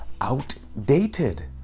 outdated